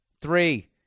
three